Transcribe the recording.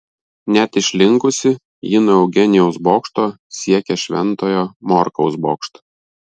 net išlinkusi ji nuo eugenijaus bokšto siekia šventojo morkaus bokštą